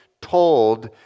told